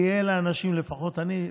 כי אלה האנשים, לפחות אני.